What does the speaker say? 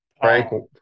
Frank